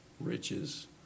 riches